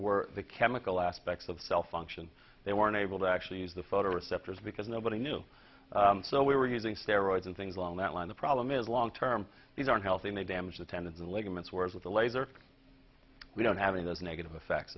were the chemical aspects of cell function they weren't able to actually use the photoreceptors because nobody knew so we were using steroids and things along that line the problem is long term these aren't healthy may damage the tendons and ligaments whereas with the laser we don't having those negative effects